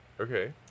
okay